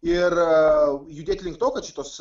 ir judėti link to kad šitos